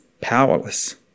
powerless